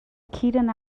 kitten